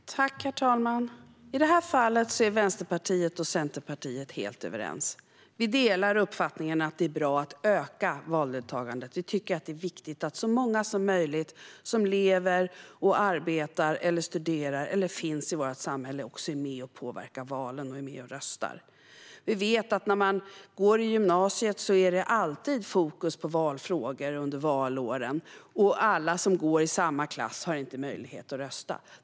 Herr talman! I det här fallet är Vänsterpartiet och Centerpartiet helt överens. Vi delar uppfattningen att det är bra att öka valdeltagandet. Vi tycker att det är viktigt att så många som möjligt som lever, arbetar, studerar och finns i vårt samhälle också är med och påverkar valen och är med och röstar. Vi vet att när man går i gymnasiet är det alltid fokus på valfrågor under valåren, och alla som går i samma klass har inte möjlighet att rösta.